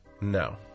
No